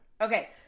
okay